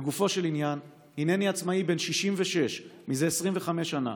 לגופו של עניין: הינני עצמאי זה 25 שנה,